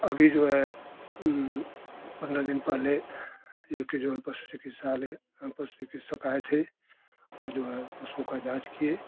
अभी जो है पन्द्रह दिन पहले एक जो है पशु चिकित्सालय यहाँ पशु चिकित्सक आए थे वो जो है पशुओं का जाँच किए